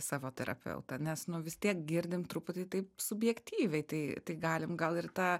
savo terapeutą nes nu vis tiek girdim truputį taip subjektyviai tai tai galim gal ir tą